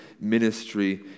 ministry